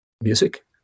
music